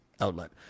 outlet